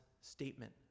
statement